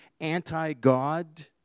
anti-God